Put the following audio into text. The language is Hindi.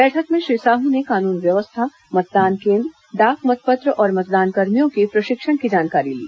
बैठक में श्री साहू ने कानून व्यवस्था मतदान केन्द्र डाक मतपत्र और मतदानकर्मियों के प्रशिक्षण की जानकारी ली